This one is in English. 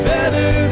Better